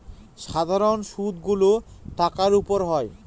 সাধারন সুদ গুলো টাকার উপর হয়